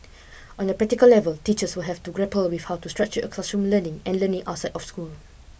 on a practical level teachers will have to grapple with how to structure classroom learning and learning outside of school